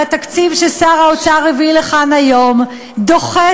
הרי התקציב ששר האוצר הביא לכאן היום דוחה